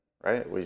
right